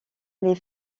les